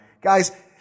guys